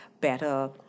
better